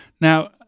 Now